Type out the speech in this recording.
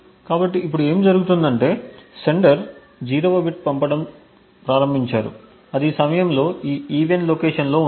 కాబట్టి ఇప్పుడు ఏమి జరుగుతుందంటే సెండర్ 0 వ బిట్ పంపడం ప్రారంభించారు అది ఈ సమయంలో ఒక ఈవెన్ లొకేషన్లో ఉంది